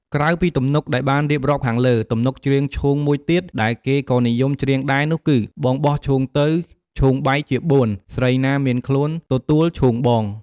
ក្រៅពីទំនុកដែលបានរៀបរាប់ខាងលើ ទំនុកច្រៀងឈូងមួយទៀតដែលគេក៏និយមច្រៀងដែរនោះគឺ «បងបោះឈូងទៅ ឈូងបែកជាបួន ស្រីណាមានខ្លួន ទទួលឈូងបង»។